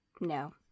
no